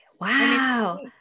wow